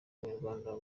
abanyarwanda